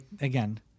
again